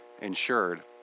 insured